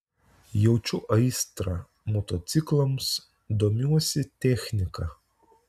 jaučiu aistrą motociklams domiuosi technika